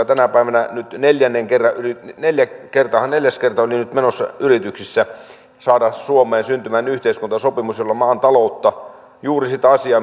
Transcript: tänä päivänä nyt neljännen kerran yritetään neljäs kertahan oli nyt menossa yrityksissä saada suomeen syntymään yhteiskuntasopimus jolla maan taloutta yritetään saada kuntoon juuri sitä asiaa